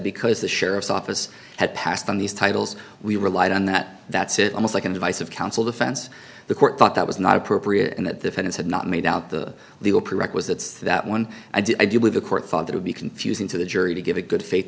because the sheriff's office had passed on these titles we relied on that that's it almost like an advice of counsel defense the court thought that was not appropriate and that defense had not made out the legal prerequisites that one i did i do believe the court thought it would be confusing to the jury to give a good faith